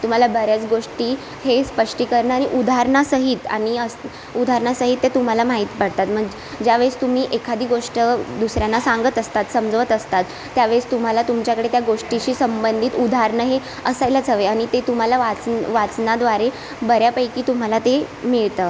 तुम्हाला बऱ्याच गोष्टी हे स्पष्टीकरण आणि उदाहरणासहित आणि अस् उदाहरणासहित ते तुम्हाला माहीत पडतात मग ज्यावेळेस तुम्ही एखादी गोष्ट दुसऱ्यांना सांगत असतात समजवत असतात त्यावेळेस तुम्हाला तुमच्याकडे त्या गोष्टीशी संबंधित उदाहरणं हे असायलाच हवे आणि ते तुम्हाला वाचून वाचनाद्वारे बऱ्यापैकी तुम्हाला ते मिळतं